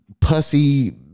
pussy